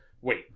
Wait